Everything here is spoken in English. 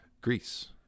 Greece